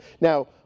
Now